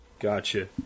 Gotcha